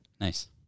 Nice